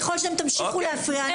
ככל שאתם תמשיכים להפריע, הדיון נגרר.